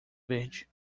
verde